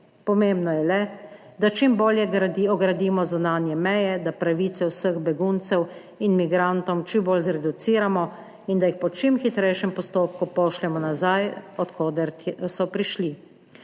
Pomembno je le, da čim bolje ogradimo zunanje meje, da pravice vseh beguncev in migrantov čim bolj zreduciramo in da jih po čim hitrejšem postopku pošljemo nazaj, od koder so prišli.